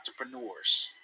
entrepreneurs